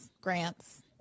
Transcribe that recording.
grants